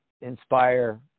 inspire